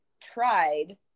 tried